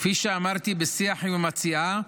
כפי שאמרתי בשיח עם המציעה,